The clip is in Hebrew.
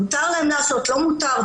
האם מותר להן לעשות או לא מותר,